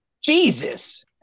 jesus